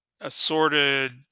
assorted